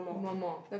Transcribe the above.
one more